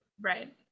Right